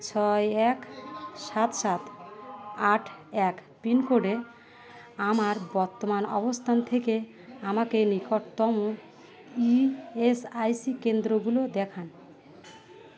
ছয় এক সাত সাত আট এক পিনকোডে আমার বর্তমান অবস্থান থেকে আমাকে নিকটতম ইএসআইসি কেন্দ্রগুলো দেখান